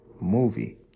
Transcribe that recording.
movie